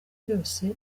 byose